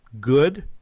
good